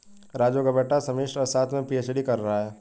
राजू का बेटा समष्टि अर्थशास्त्र में पी.एच.डी कर रहा है